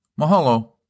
Mahalo